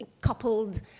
coupled